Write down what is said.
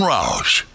Roush